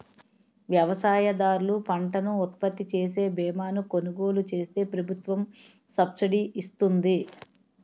వ్యవసాయదారులు పంటను ఉత్పత్తిచేసే బీమాను కొలుగోలు చేస్తే ప్రభుత్వం సబ్సిడీ ఇస్తుంది